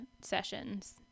sessions